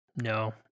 No